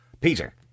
Peter